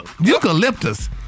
eucalyptus